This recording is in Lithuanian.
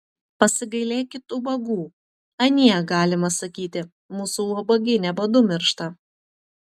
pasigailėkit ubagų anie galima sakyti mūsų ubagyne badu miršta